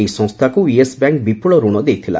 ଏହି ସଂସ୍ଥାକ୍ Yes Bank ବିପ୍ରଳ ଋଣ ଦେଇଥିଲା